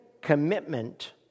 commitment